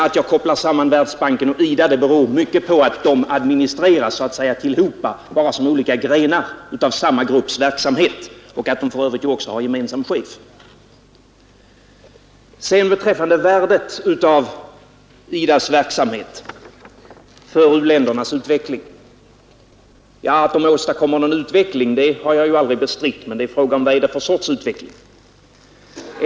Att jag kopplar samman Världsbanken och IDA beror mycket på att de administreras så att säga tillhopa, bara som olika grenar av samma grupps verksamhet. För övrigt har de ju också gemensam chef. Vad beträffar IDA :s värde för u-ländernas utveckling så har jag aldrig bestritt att dess verksamhet åstadkommer en utveckling. Men vad är det för sorts utveckling?